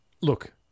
Look